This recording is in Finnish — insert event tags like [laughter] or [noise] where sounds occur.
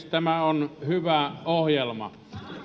[unintelligible] tämä on hyvä ohjelma